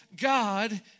God